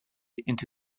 into